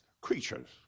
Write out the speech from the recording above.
Creatures